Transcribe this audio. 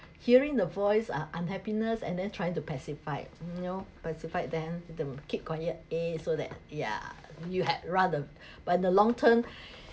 hearing the voice uh unhappiness and then trying to pacify you know pacify them to keep quiet eh so that yeah you had rather but in the long term